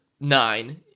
nine